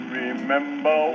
remember